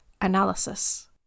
analysis